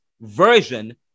version